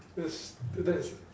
that't th~ that's